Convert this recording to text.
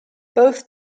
both